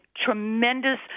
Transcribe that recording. tremendous